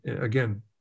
again